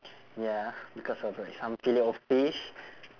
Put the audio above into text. ya because of like some filet-O-fish